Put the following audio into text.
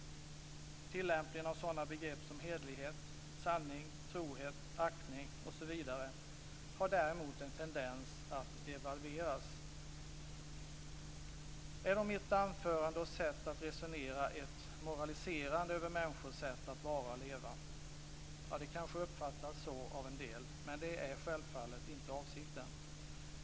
Tillämpningen av sådana begrepp som hederlighet, sanning, trohet, aktning osv. har däremot en tendens att devalveras. Mitt anförande och sätt att resonera kan ses som ett sätt att moralisera över människors sätt att vara och leva. Det kanske uppfattas så av en del. Men det är självfallet inte avsikten.